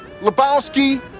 Lebowski